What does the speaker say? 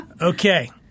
Okay